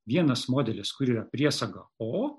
vienas modelis kur yra priesaga o